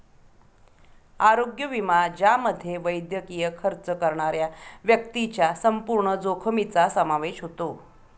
आरोग्य विमा ज्यामध्ये वैद्यकीय खर्च करणाऱ्या व्यक्तीच्या संपूर्ण जोखमीचा समावेश होतो